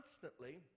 constantly